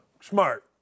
smart